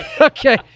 okay